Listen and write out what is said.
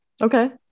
Okay